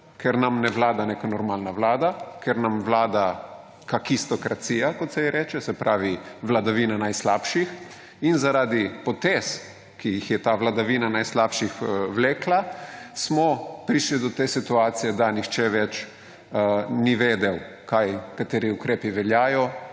ker nam ne vlada neka normalna vlada, ker nam vlada kakistrokacija, kot se ji reče, se pravi vladavina najslabših, in zaradi potez, ki jih je ta vladavina najslabših vlekla, smo prišli do te situacije, da nihče več ni vedel, kateri ukrepi veljajo,